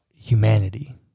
humanity